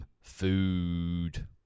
food